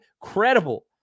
credible